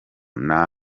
nta